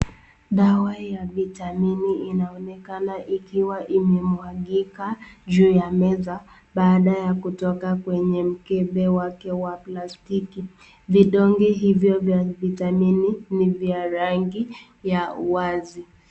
Dawa ya vitamini inaonekana ikiwa imemwagika juu ya meza baada ya kutoka kwenye mkebe wake wa plastiki, vidonge hivyo vya vitamini ni vya rangi ya wazi.